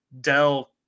Dell